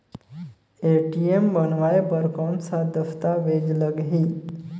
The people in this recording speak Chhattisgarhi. ए.टी.एम बनवाय बर कौन का दस्तावेज लगही?